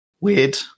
weird